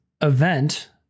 event